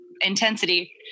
intensity